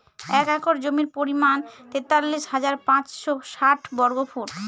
এক একর জমির পরিমাণ তেতাল্লিশ হাজার পাঁচশ ষাট বর্গফুট